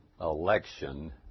election